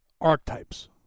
archetypes